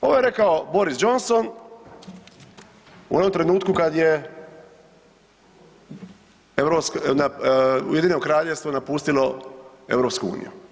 Ovo je rekao Boris Johnson u onom trenutku kad je Ujedinjeno Kraljevstvo napustilo EU.